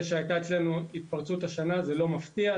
זה שהייתה אצלנו התפרצות השנה זה לא מפתיע,